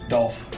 Dolph